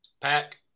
Pack